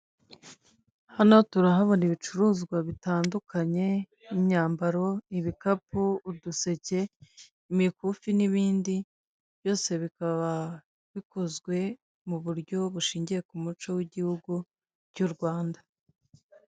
Hano turahabona ibicuruzwa bitandukanye, nk'imyambaro, ibikapu, uduseke, imikufi, n'ibindi, byose bikaba bikozwe mu buryo bushingiye ku muco w'igihugu by'u Rwanda.